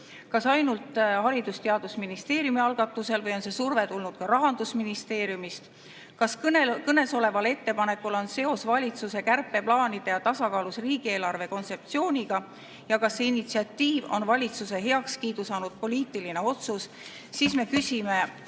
ainult Haridus- ja Teadusministeeriumi algatusel või on see surve tulnud ka Rahandusministeeriumist? Kas kõnesoleval ettepanekul on seos valitsuse kärpeplaanide ja tasakaalus riigieelarve kontseptsiooniga? Kas see initsiatiiv on valitsuse heakskiidu saanud poliitiline otsus?